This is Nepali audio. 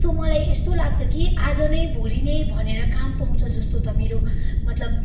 सो मलाई यस्तो लाग्छ कि आज नै भोलि नै भनेर काम पाउँछ जस्तो मेरो मतलब